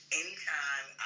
anytime